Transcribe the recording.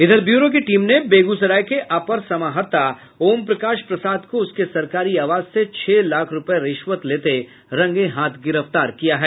इधर ब्यूरो की टीम ने बेगूसराय के अपर समाहर्ता ओमप्रकाश प्रसाद को उसके सरकारी आवास से छह लाख रुपए रिश्वत लेते रंगेहाथ गिरफ्तार किया है